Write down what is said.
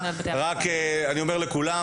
רק אני אומר לכולם,